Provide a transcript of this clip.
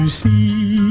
see